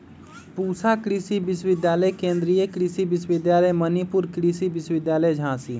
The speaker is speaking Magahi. पूसा कृषि विश्वविद्यालय, केन्द्रीय कृषि विश्वविद्यालय मणिपुर, कृषि विश्वविद्यालय झांसी